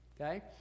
Okay